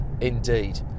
indeed